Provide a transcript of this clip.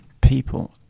people